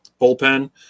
bullpen